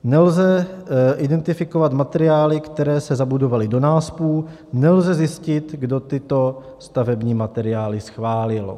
Nelze identifikovat materiály, které se zabudovaly do náspu, nelze zjistit, kdo tyto stavební materiály schválil.